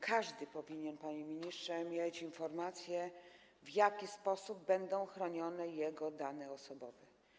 Każdy powinien, panie ministrze, mieć informacje, w jaki sposób będą chronione jego dane osobowe.